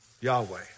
Yahweh